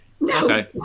No